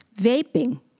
vaping